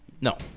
No